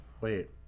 Wait